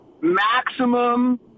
Maximum